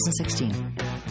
2016